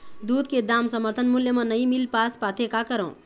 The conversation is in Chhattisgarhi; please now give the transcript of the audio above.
दूध के दाम समर्थन मूल्य म नई मील पास पाथे, का करों?